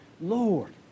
Lord